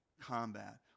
combat